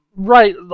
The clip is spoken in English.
Right